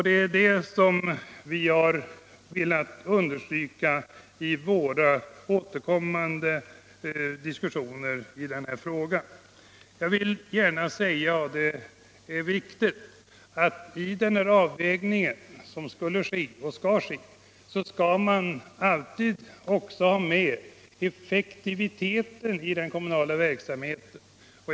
Det är det som vi har velat understryka i våra återkommande diskussioner i den här frågan. Jag vill gärna säga, och det är viktigt, att man i den avvägning som skall ske alltid också skall ha med effektiviteten i den kommunala verksamheten.